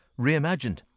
reimagined